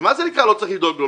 ומה זה נקרא לא צריך לדאוג לו?